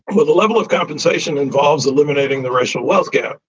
well, the level of compensation involves eliminating the racial wealth gap.